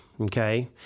Okay